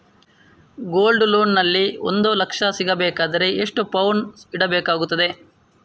Gold loan ನಲ್ಲಿ ಒಂದು ಲಕ್ಷ ಸಿಗಬೇಕಾದರೆ ಎಷ್ಟು ಪೌನು ಇಡಬೇಕಾಗುತ್ತದೆ?